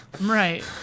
Right